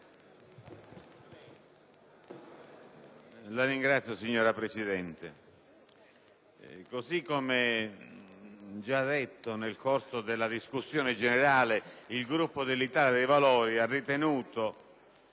*(IdV)*. Signora Presidente, come già detto nel corso della discussione generale, il Gruppo dell'Italia dei Valori ha ritenuto